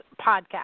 podcast